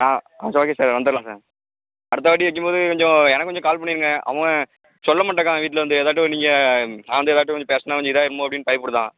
ஆ கொஞ்சம் okay sir வந்துடலாம் sir அடுத்தவாட்டி வைக்கும்போது கொஞ்சம் எனக்கு கொஞ்சம் கால் பண்ணிடுங்க அவன் சொல்ல மாட்டக்கான் வீட்டில் வந்து எல்லோர்ட்டையும் நீங்கள் நான் வந்து எல்லோர்ட்டையும் கொஞ்சம் பேசினா கொஞ்சம் இதாக ஆகிடுமோ அப்படின்னு பயப்படுதான்